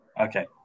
Okay